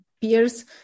peers